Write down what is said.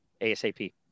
ASAP